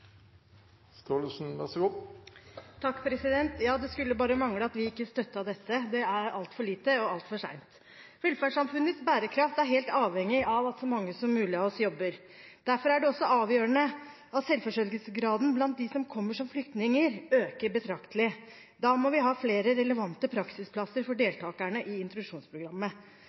altfor lite og altfor sent. Velferdssamfunnets bærekraft er helt avhengig av at så mange som mulig av oss jobber. Derfor er det også avgjørende at selvforsørgingsgraden blant dem som kommer som flyktninger, øker betraktelig. Da må vi ha flere relevante praksisplasser for deltakerne i introduksjonsprogrammet,